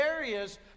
areas